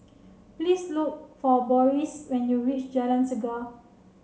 please look for Boris when you reach Jalan Chegar